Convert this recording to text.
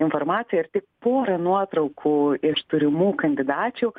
informaciją ir tik porą nuotraukų iš turimų kandidačių